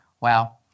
Wow